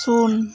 ᱥᱩᱱ